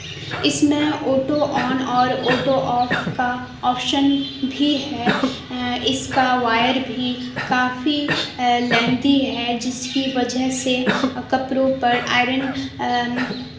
اس میں auto on اور auto off کا آپشن بھی ہے اس کا وائر بھی کافی لیندی ہے جس کی وجہ سے کپڑوں پر آئرن